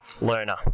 learner